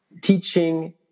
teaching